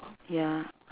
ya